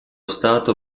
stato